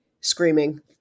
Screaming